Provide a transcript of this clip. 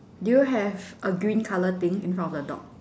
do you have a green colour thing in front of the dog